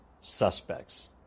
suspects